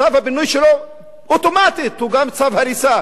וצו הפינוי שלו הוא אוטומטית גם צו הריסה